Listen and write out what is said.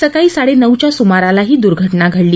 सकाळी साडे नऊच्या सुमाराला ही दुर्घटना घडली